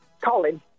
Colin